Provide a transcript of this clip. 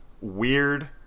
weird